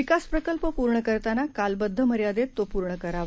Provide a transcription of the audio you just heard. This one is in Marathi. विकासप्रकल्पपूर्णकरतानाकालबद्धमर्यादेततोपूर्णकरावा